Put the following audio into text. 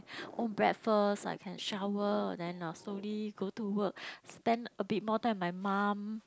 own breakfast I can shower and then nah slowly go to work spend a bit more time with my mum